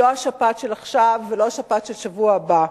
לא השפעת של עכשיו ולא השפעת של שבוע הבא.